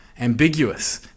ambiguous